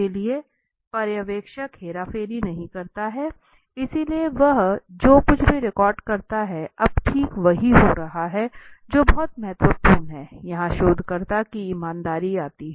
इसलिए पर्यवेक्षक हेरफेर नहीं करता है इसलिए वह जो कुछ भी रिकॉर्ड करता है अब ठीक वही हो रहा है जो बहुत महत्वपूर्ण है यहाँ शोधकर्ता की ईमानदारी आती है